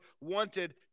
wanted